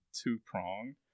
two-pronged